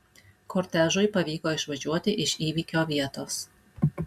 kortežui pavyko išvažiuoti iš įvykio vietos